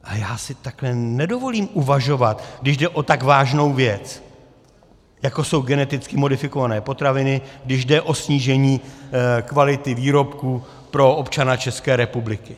A já si takhle nedovolím uvažovat, když jde o tak vážnou věc, jako jsou geneticky modifikované potraviny, když jde o snížení kvality výrobků pro občana České republiky.